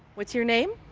what's your name?